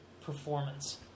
performance